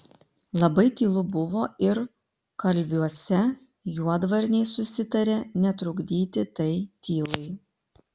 labai tylu buvo ir kalviuose juodvarniai susitarė netrukdyti tai tylai